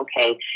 okay